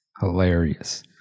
Hilarious